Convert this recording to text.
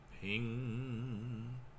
ping